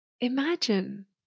Imagine